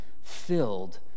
filled